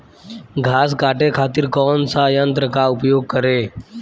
घास काटे खातिर कौन सा यंत्र का उपयोग करें?